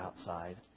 outside